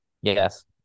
Yes